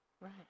Right